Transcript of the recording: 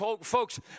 folks